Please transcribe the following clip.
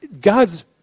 God's